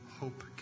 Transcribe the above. Hope